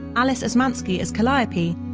alice osmanski as calliope,